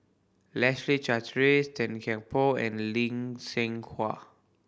Leslie Charteris Tan Kian Por and Lee Seng Huat